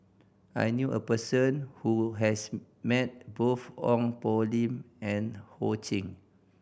I knew a person who has met both Ong Poh Lim and Ho Ching